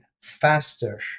faster